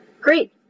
Great